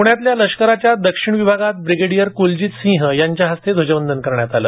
पूण्यातल्या लष्कराच्या दक्षिण विभागात ब्रिगेडियर कुलजीत सिंह यांच्या हस्ते ध्वजवंदन करण्यात आलं